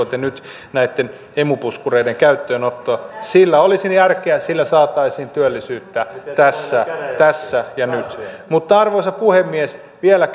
te nyt näitten emu puskureiden käyttöönottoa siinä olisi järkeä sillä saataisiin työllisyyttä tässä tässä ja nyt mutta arvoisa puhemies vielä